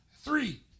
Three